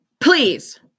please